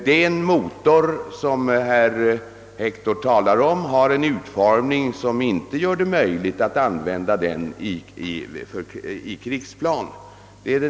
Den motor som herr Hector talar om har en sådan utformning att det inte är möjligt att använda den i krigsplan.